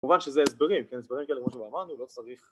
כמובן שזה הסברים, הסברים כאילו כמו שאמרנו לא צריך